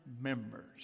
members